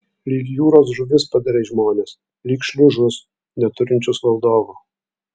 lyg jūros žuvis padarei žmones lyg šliužus neturinčius valdovo